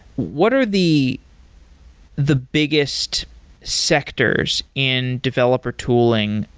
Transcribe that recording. what are the the biggest sectors in developer tooling,